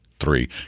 three